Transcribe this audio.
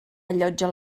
allotja